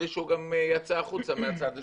בלי שהוא גם יצא החוצה מהצד השני.